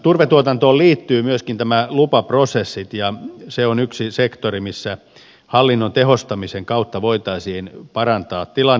turvetuotantoon liittyvät myöskin nämä lupaprosessit ja se on yksi sektori missä hallinnon tehostamisen kautta voitaisiin parantaa tilannetta